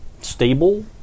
Stable